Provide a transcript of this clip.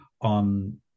on